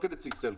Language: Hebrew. לא כנציג סלקום.